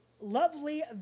lovely